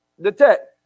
detect